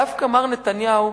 דווקא מר נתניהו,